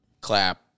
clap